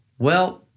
well,